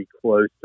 close